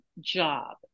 job